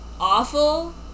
awful